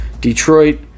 Detroit